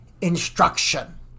instruction